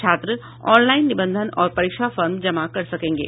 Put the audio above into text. छात्र ऑनलाईन निबंधन और परीक्षा फॉर्म जमा कर सकेंगे